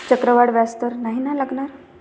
चक्रवाढ व्याज तर नाही ना लागणार?